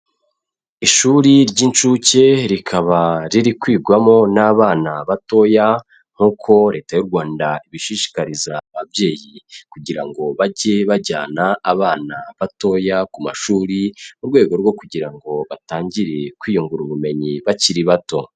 Ishuri ry'incuke rikaba riri kwigwamo n'abana batoya nkuko Leta y'u Rwanda ibishishikariza ababyeyi kugira ngo bajye bajyana abana batoya ku mashuri mu rwego rwo kugira ngo batangire kwiyungura ubumenyi bakiri bato.